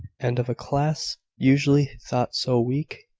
and of a class usually thought so weak?